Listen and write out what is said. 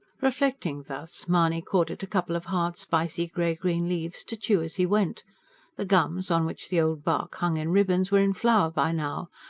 reflecting thus, mahony caught at a couple of hard, spicy, grey-green leaves, to chew as he went the gums, on which the old bark hung in ribbons, were in flower by now,